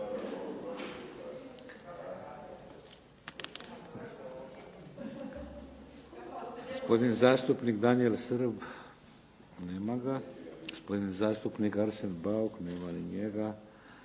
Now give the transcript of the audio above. Gospodin zastupnik Danijel Srb. Nema ga. Gospodin zastupnik Arsen Bauk. Nema ni njega.